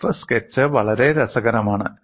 ചിത്ര sketch വളരെ രസകരമാണ്